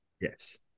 Yes